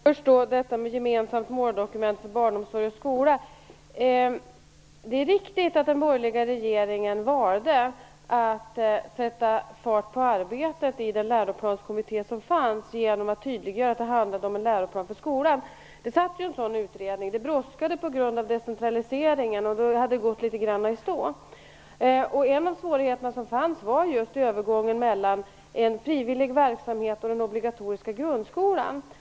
Herr talman! Först till frågan om ett gemensamt måldokument för barnomsorg och skola. Det är riktigt att den borgerliga regeringen valde att sätta fart på arbetet i den läroplanskommitté som fanns genom att tydliggöra att det handlade om en läroplan för skolan. Det fanns en sådan utredning tillsatt. Det brådskade på grund av decentraliseringen, och arbetet hade gått litet grand i stå. En av svårigheterna som fanns var just övergången mellan en frivillig verksamhet och den obligatoriska grundskolan.